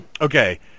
Okay